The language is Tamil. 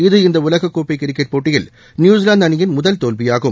இது இந்த உலக கோப்பை கிரிக்கெட் போட்டியில் நியூசிலாந்து அணியின் முதல் தோல்வியாகும்